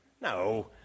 No